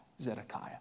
Zedekiah